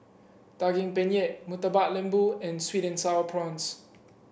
Daging Penyet Murtabak Lembu and sweet and sour prawns